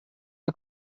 you